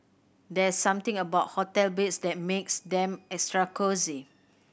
there's something about hotel beds that makes them extra cosy